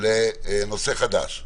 לנושא חדש.